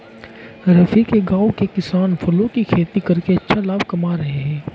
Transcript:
रफी के गांव के किसान फलों की खेती करके अच्छा लाभ कमा रहे हैं